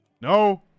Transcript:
No